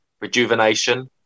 rejuvenation